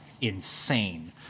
insane